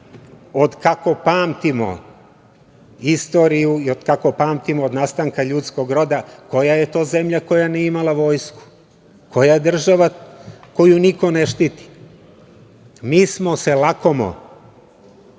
od kako pamtimo istoriju i od kako pamtimo od nastanka ljudskog roda, koja je to zemlja koja nije imala vojsku? Ko je država koju niko ne štiti? Mi smo se lakomo